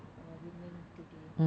women today